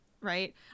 right